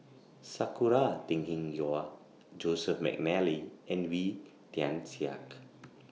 Sakura Teng Ying Hua Joseph Mcnally and Wee Tian Siak